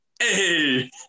hey